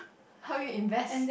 help you invest